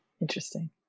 Interesting